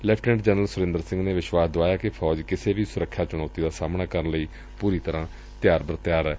lieutenant general Surinder Singh ਨੇ ਵਿਸ਼ਵਾਸ ਦੁਆਇਐ ਕਿ ਫੌਜ ਕਿਸੇ ਵੀ ਸੁਰੱਖਿਆ ਚੁਣੌਤੀ ਦਾ ਸਾਹਮਣਾ ਕਰਨ ਲਈ ਪੁਰੀ ਤਰਾਂ ਤਿਆਰ ਬਰ ਤਿਆਰ ਏ